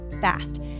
fast